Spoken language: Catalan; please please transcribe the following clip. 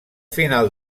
final